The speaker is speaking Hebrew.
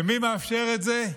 ומי מאפשר את זה?